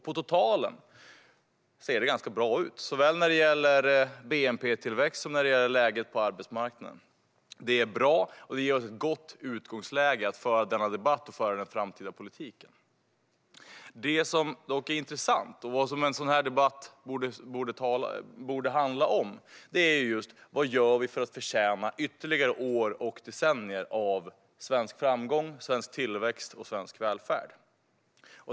På totalen ser det ganska bra ut när det gäller såväl bnp-tillväxt som läget på arbetsmarknaden. Det är bra, och det ger ett gott utgångsläge för att föra denna debatt och den framtida politiken. Det som dock är intressant och vad en sådan här debatt borde handla om är: Vad gör vi för att förtjäna ytterligare år och decennier av svensk framgång, tillväxt och välfärd?